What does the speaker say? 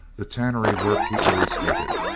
the tannery work he always hated.